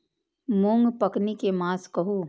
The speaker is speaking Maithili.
मूँग पकनी के मास कहू?